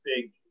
big